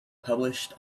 published